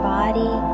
body